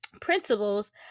principles